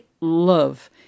love